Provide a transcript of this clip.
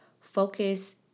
focus